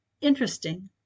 interesting